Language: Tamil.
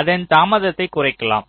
அதன் தாமதத்தை குறைக்கலாம்